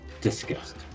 disgust